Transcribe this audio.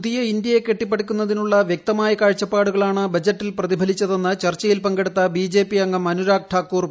പുതിയ ഇന്ത്യയെ കെട്ടിപ്പടുക്കുന്നുതിനുള്ള വ്യക്തമായ കാഴ്ചപ്പാടുകളാണ് ബഡ്ജറ്റിൽ പ്രതിഫിലിച്ചതെന്ന് ചർച്ചയിൽ പങ്കെടുക്കുന്ന ബിജെപി അംഗം ിൽനുരാഗ് ഠാകൂർ പറഞ്ഞു